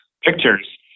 pictures